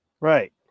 Right